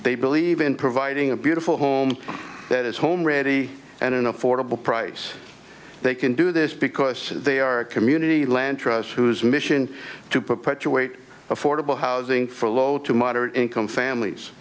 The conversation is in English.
they believe in providing a beautiful home that is home ready and an affordable price they can do this because they are a community land trust whose mission to perpetuate affordable housing for low to moderate income families